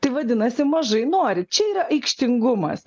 tai vadinasi mažai nori čia yra aikštingumas